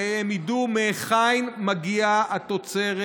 ושהם ידעו מהיכן מגיעה התוצרת,